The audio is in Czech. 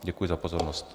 Děkuji za pozornost.